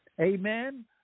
Amen